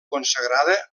consagrada